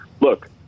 look